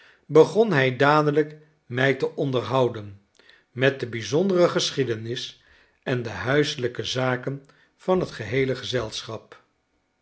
begon hij dadelijk mij te onderhouden met de bijzondere geschiedenis en de huiselijke zaken van het geheele gezelschap